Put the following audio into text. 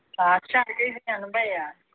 ద్రాక్ష అర కేజీ ఎనభై